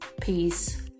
peace